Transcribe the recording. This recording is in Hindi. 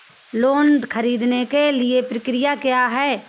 लोन ख़रीदने के लिए प्रक्रिया क्या है?